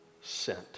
sent